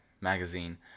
magazine